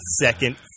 second